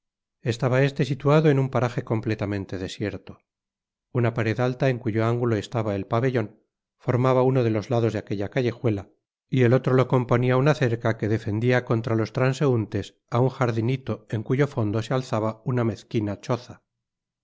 estaba este situado en un paraje completamente desierto una pared alta en cuyo ángulo estaba el pabellon formaba uno de los lados do aquella callejuela y el otro lo componía una cerca que defendia contra los transeuntes á un jardinito en cuyo fondo se alzaba una mezquina choza